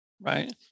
right